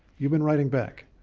you've been writing back?